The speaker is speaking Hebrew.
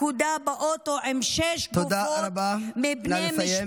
לכודה באוטו עם שש גופות, תודה רבה, נא לסיים.